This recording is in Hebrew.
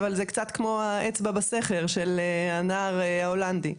אבל זה קצת כמו האצבע בסכר של הנער ההולנדי,